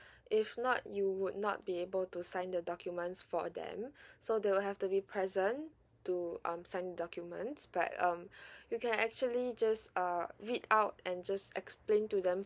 if not you would not be able to sign the documents for them so they will have to be present to um sign documents but um you can actually just uh read out and just explain to them